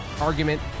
argument